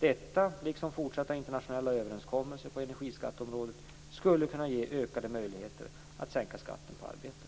Detta liksom fortsatta internationella överenskommelser på energiskatteområdet skulle kunna ge ökade möjligheter att sänka skatten på arbete.